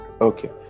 okay